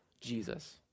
Jesus